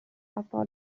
abbau